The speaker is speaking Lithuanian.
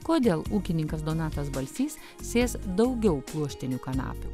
kodėl ūkininkas donatas balsys sės daugiau pluoštinių kanapių